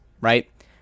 right